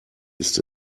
ist